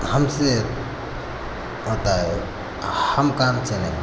हमसे होता है हम काम से नहीं